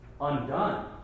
undone